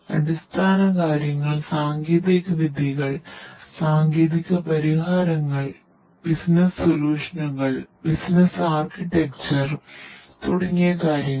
അടിസ്ഥാനകാര്യങ്ങൾ സാങ്കേതികവിദ്യകൾ സാങ്കേതിക പരിഹാരങ്ങൾ ബിസിനസ്സ് സൊല്യൂഷനുകൾ തുടങ്ങിയ കാര്യങ്ങൾ